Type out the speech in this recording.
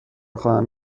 خواهم